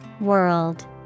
World